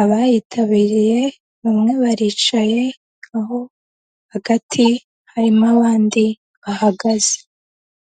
abayitabiriye bamwe baricaye aho hagati harimo abandi bahagaze.